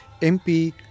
MP